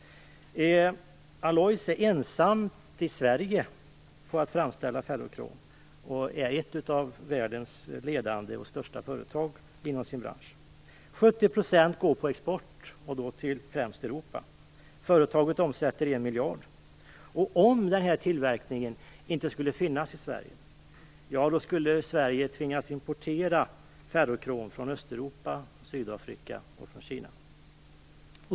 Vargön Alloys är ensamt i Sverige om att framställa ferrokrom och är ett av världens ledande och största företag inom sin bransch. 70 % går på export, främst till Europa. Företaget omsätter en miljard. Om den här tillverkningen inte skulle finnas i Sverige skulle Sverige tvingas importera ferrokrom från Östeuropa, Sydafrika och Kina.